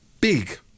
big